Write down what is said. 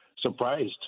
surprised